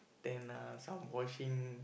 then uh some washing